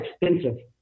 expensive